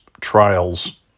trials